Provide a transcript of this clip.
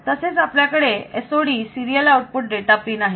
तसेच आपल्याकडे SOD serial output data pin आहे